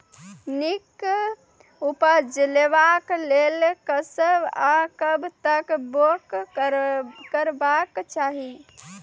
नीक उपज लेवाक लेल कबसअ कब तक बौग करबाक चाही?